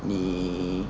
你